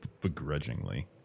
begrudgingly